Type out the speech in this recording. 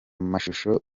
mashusho